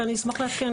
ואני אשמח לעדכן.